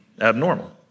abnormal